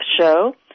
show